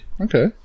Okay